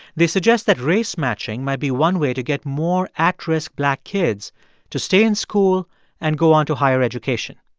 they suggest that race matching might be one way to get more at-risk black kids to stay in school and go on to higher education.